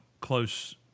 close